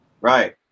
right